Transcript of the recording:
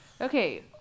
Okay